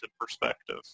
perspective